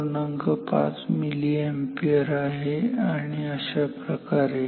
5 milli ampere आहे आणि अशाप्रकारे